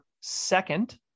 second